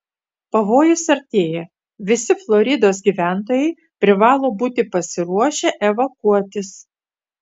pavojus artėja visi floridos gyventojai privalo būti pasiruošę evakuotis